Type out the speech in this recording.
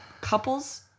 couples